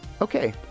Okay